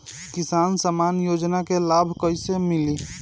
किसान सम्मान योजना के लाभ कैसे मिली?